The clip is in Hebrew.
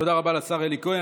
תודה רבה לשר כהן.